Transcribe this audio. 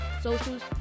socials